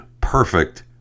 perfect